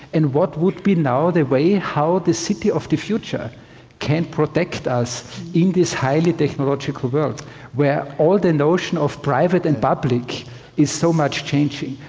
and what would be now the way how the city of the future can protect us in this highly technological world where all the notion of private and public is so much changing?